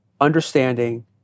understanding